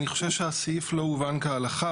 אני חושב שהסעיף לא הובן כהלכה.